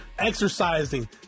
exercising